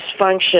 dysfunction